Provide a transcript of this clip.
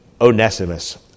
Onesimus